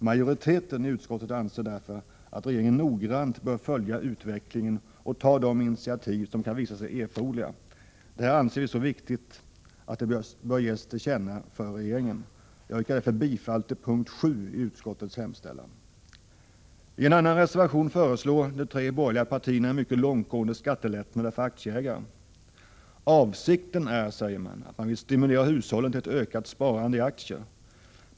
Majoriteten i utskottet anser därför att regeringen noggrant bör följa utvecklingen och ta de initiativ som kan visa sig erforderliga. Det här anser vi så viktigt att det bör ges till känna för regeringen. Jag yrkar därför bifall till punkt 7 i utskottets hemställan. I en annan reservation föreslår de tre borgerliga partierna mycket långtgående skattelättnader för aktieägare. Avsikten är, säger man, att man vill stimulera hushållen till ett ökat sparande i aktier.